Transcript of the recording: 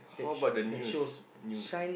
how about the news news